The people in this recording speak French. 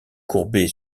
courbée